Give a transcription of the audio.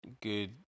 good